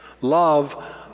Love